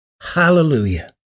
Hallelujah